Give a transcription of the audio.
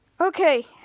Okay